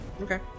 Okay